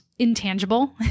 intangible